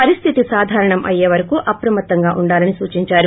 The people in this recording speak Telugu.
పరిస్లితి సాధారణం అయ్యే వరకు అప్రమత్తంగా వుండాలని అన్నారు